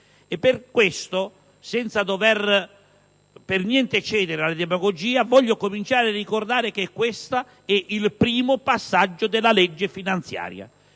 tale ragione, senza dover per niente cedere alla demagogia, voglio cominciare a dire che questo è il primo passaggio della legge finanziaria